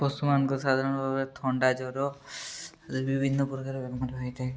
ପଶୁମାନଙ୍କ ସାଧାରଣ ଭାବରେ ଥଣ୍ଡା ଜ୍ୱର ଆଦି ବିଭିନ୍ନ ପ୍ରକାର ବେମାର ହୋଇଥାଏ